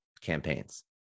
campaigns